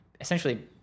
essentially